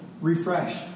refreshed